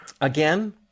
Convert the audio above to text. Again